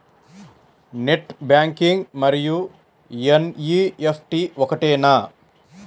Net banking మరియు NEFT ఒకటేనా?